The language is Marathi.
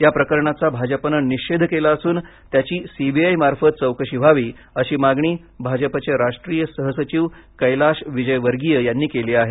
या प्रकरणाचा भाजपानं निषेध केला असून त्याची सीबीआय मार्फत चौकशी व्हावी अशी मागणी भाजपाचे राष्ट्रीय सहसचिव कैलाश विजयवर्गीय यांनी केली आहे